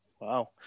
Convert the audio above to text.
Wow